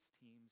teams